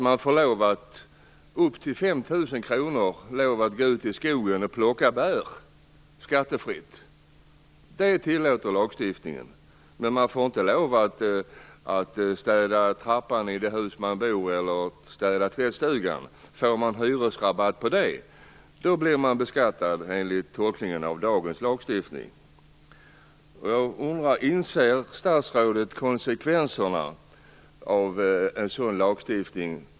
Man får lov att gå ut i skogen och plocka bär för upp till 5 000 kr skattefritt. Det tillåter lagstiftningen. Men man får inte lov att städa trappan eller tvättstugan i det hus man bor i. Får man hyresrabatt på grund av det blir man beskattad enligt tolkningen av dagens lagstiftning. Jag undrar: Inser statsrådet konsekvenserna av en sådan lagstiftning?